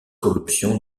corruption